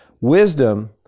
Wisdom